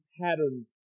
patterns